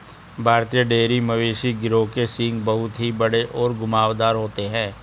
भारतीय डेयरी मवेशी गिरोह के सींग बहुत ही बड़े और घुमावदार होते हैं